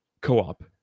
co-op